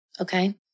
Okay